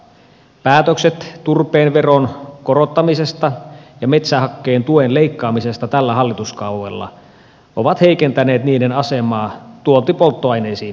päätökset turpeen veron korottamisesta ja metsähakkeen tuen leikkaamisesta tällä hallituskaudella ovat heikentäneet niiden asemaa tuontipolttoaineisiin nähden